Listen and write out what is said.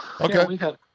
Okay